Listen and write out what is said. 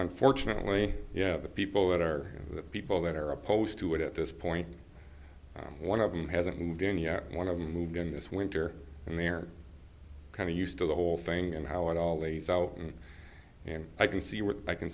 unfortunately yeah the people that are the people that are opposed to it at this point one of them hasn't moved in yet one of them moved in this winter and they're kind of used to the whole thing and how it all lays out and i can see where i can